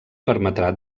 permetrà